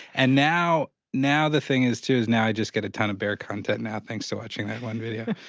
and now now the thing is too is now i just get a ton of bear content now, thanks to watching that one video.